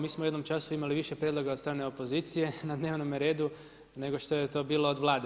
Mi smo u jednom času imali više prijedloga od strane opozicije na dnevnome redu nego što je to bilo od Vlade.